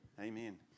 amen